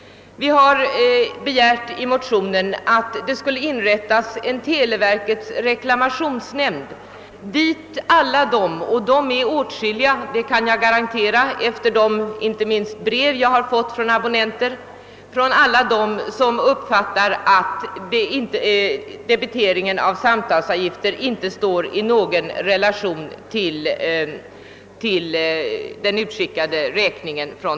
Vi har i motionen begärt att en televerkets reklamationsnämnd skulle inrättas, dit anmälningar skulle kunna skickas från dem som fått uppfattningen att antalet samtal inte står i riktig relation till den utskickade räkningens storlek.